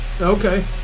Okay